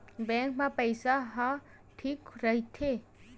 Bank मा पईसा ह ठीक राइथे?